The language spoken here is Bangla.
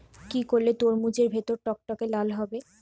কি করলে তরমুজ এর ভেতর টকটকে লাল হবে?